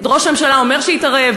ראש הממשלה אומר שיתערב,